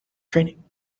training